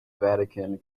vatican